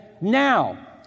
now